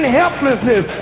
helplessness